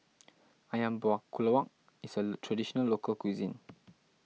Ayam Buah Keluak is a Traditional Local Cuisine